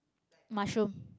mushroom